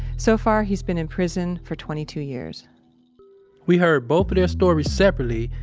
so far, he's been in prison for twenty two years we heard both of their stories separately.